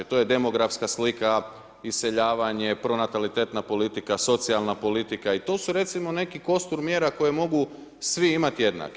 To je demografska slika, iseljavanje, pronatalitetna politika, socijalna politika i to su recimo, neki kostur mjera, koja mogu svi imati jednake.